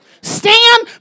Stand